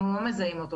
אנחנו לא מזהים אותו,